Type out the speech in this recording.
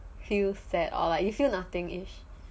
feel sad or like you feel nothing